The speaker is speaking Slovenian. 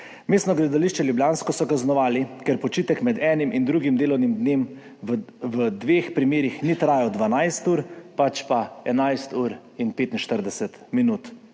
Mestno gledališče ljubljansko so kaznovali, ker počitek med enim in drugim delovnim dnem v dveh primerih ni trajal 12 ur, pač pa 11